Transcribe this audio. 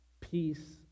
peace